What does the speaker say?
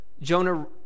Jonah